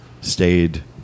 stayed